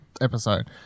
episode